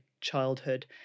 childhood